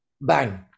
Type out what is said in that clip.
bang